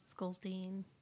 sculpting